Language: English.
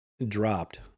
dropped